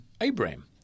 Abraham